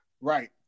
Right